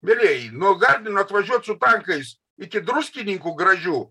mielieji nuo gardino atvažiuot su tankais iki druskininkų gražių